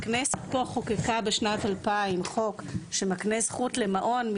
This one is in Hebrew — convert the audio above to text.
הכנסת פה חוקקה בשנת 2000 חוק שמקנה זכות למעון יום,